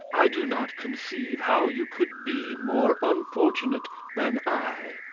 i do not conceive how you could be more unfortunate than i.